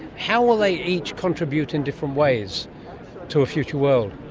how will they each contribute in different ways to a future world?